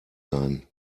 sein